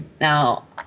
Now